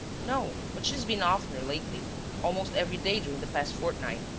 no, but she's been oftener lately almost every day during the past fortnight.